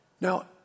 Now